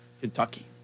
Kentucky